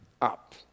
up